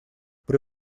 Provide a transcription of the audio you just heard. при